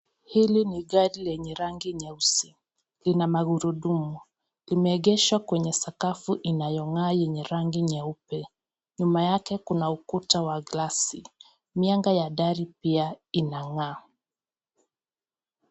Hili ni gari lenye rangi nyeusi. Lina magurudumu. Limegeshwa kwenye sakafu inayongaa yenye rangi nyeupe. Nyuma yake kuna ukuta wa glasi . Mianga ya dari pia inangaa.